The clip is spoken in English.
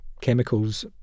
chemicals